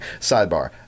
Sidebar